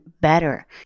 better